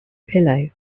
pillow